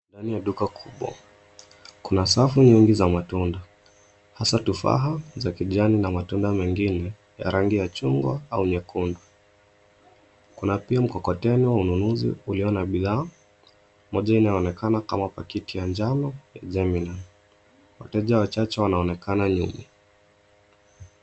Ndani ya duka kubwa, kuna safu nyingi za matunda hasa tufaha za kijani na matunda mengine ya rangi ya chungwa au nyekundu. Kuna pia mkokoteni wa ununuzi ulio na bidhaa, moja inaonekana kama pakiti ya njano ya Gemelli. Wateja wachache wanaonekana nyuma.